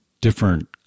different